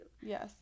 Yes